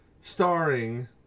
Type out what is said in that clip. starring